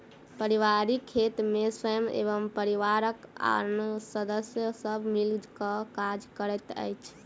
पारिवारिक खेत मे स्वयं एवं परिवारक आन सदस्य सब मिल क काज करैत छथि